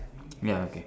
ya okay